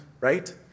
right